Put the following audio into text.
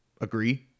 agree